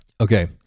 Okay